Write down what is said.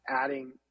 adding